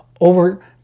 over